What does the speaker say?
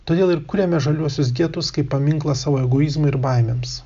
todėl ir kuriame žaliuosius getus kaip paminklą savo egoizmui ir baimėms